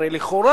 הרי לכאורה,